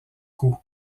coup